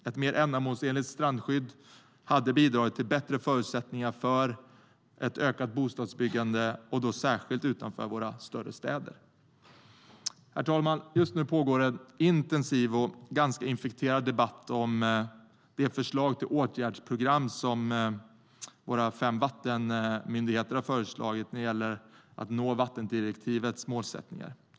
Ett mer ändamålsenligt strandskydd hade bidragit till bättre förutsättningar för ett ökat bostadsbyggande, och då särskilt utanför våra större städer. Herr talman! Just nu pågår en intensiv och ganska infekterad debatt om de förslag till åtgärdsprogram som våra fem vattenmyndigheter har lämnat när det gäller att nå vattendirektivets målsättningar.